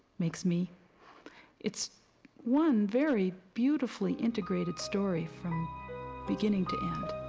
makes me it's one very beautifully integrated story from beginning to end.